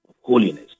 holiness